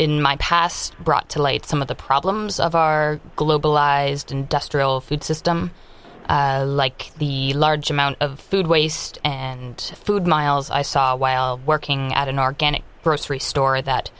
in my past brought to light some of the problems of our globalized industrial food system like the large amount of food waste and food miles i saw while working at an organic grocery store that